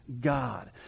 God